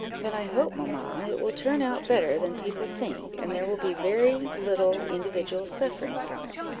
then i hope, mamma, it will turn out better than people think and there will be very little individual suffering from it.